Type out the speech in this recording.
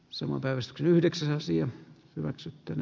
suopeus yhdeksänsiä hyväksyttävä